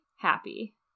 happy